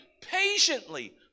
patiently